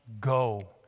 go